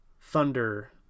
Thunder